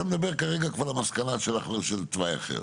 אתה מדבר כרגע כבר על מסקנה של תוואי אחר,